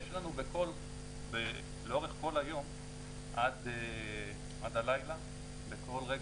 יש לנו לאורך כל היום עד הלילה בכל רגע